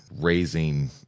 raising